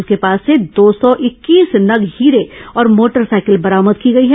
उसके पास से दो सौ इक्कीस नग हीरे और मोटर साइकिल बरामद की गई हैं